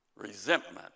Resentment